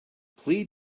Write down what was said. plead